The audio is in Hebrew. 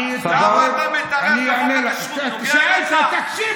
אתה, למה אתה מתערב בחוק הכשרות?